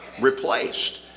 replaced